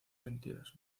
sentidos